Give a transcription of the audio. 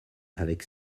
avec